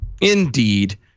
Indeed